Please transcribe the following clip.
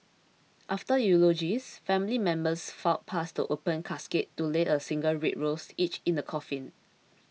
after eulogies family members filed past the open casket to lay a single red rose each in the coffin